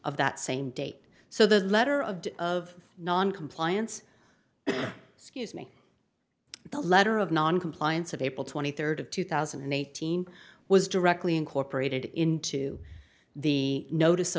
of that same date so the letter of the of noncompliance scuse me the letter of noncompliance of april twenty third of two thousand and eighteen was directly incorporated into the notice